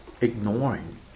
ignoring